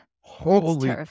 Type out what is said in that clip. holy